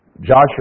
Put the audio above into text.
Joshua